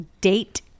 Date